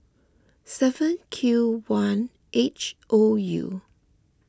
seven Q one H O U